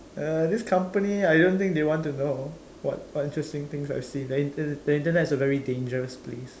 err this company I don't think they want to know what what interesting things I've seen the Internet the Internet is a very dangerous place